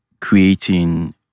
creating